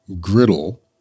griddle